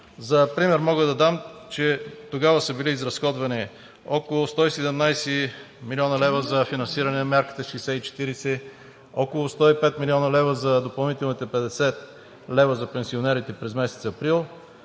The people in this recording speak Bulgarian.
За пример мога да дам, че тогава са били изразходвани около 117 млн. лв. за финансиране на мярката 60/40, около 105 млн. лв. за допълнителните 50 лв. за пенсионерите през месец април,